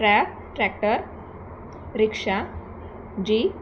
ट्रॅ tractor रिक्षा जी